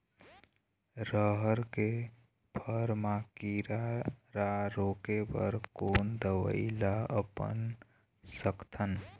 रहर के फर मा किरा रा रोके बर कोन दवई ला अपना सकथन?